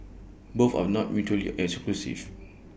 both are not mutually exclusive